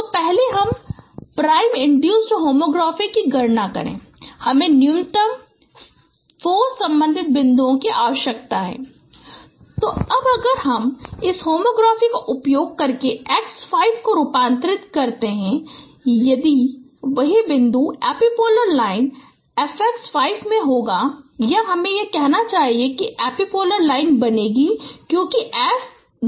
तो पहले हम प्राइम इन्ड्यूसड होमोग्राफी की गणना करें हमें न्यूनतम 4 संबंधित बिंदु की आवश्यकता है तो अब अगर हम इस होमोग्राफी का उपयोग करके x 5 को रूपांतरित करते हैं वही बिंदु एपिपोलर लाइन f x 5 में होगा या हमें यह कहना चाहिए एपिपोलर लाइन बनेगी क्योंकि F ज्ञात नहीं है